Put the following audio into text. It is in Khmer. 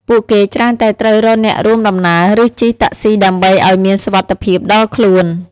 ពួកគេច្រើនតែត្រូវរកអ្នករួមដំណើរ ឬជិះតាក់ស៊ីដើម្បីឱ្យមានសុវត្ថិភាពដល់ខ្លួន។